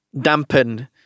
dampened